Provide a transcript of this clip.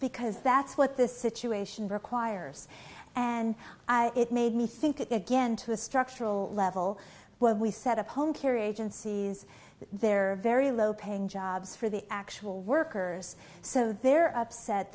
because that's what this situation requires and i it made me think it again to a structural level when we set up home care agencies they're very low paying jobs for the actual workers so they're upset